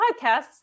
podcasts